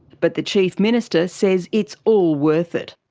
but the chief minister says it's all worth it.